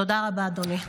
תודה רבה, אדוני.